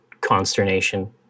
consternation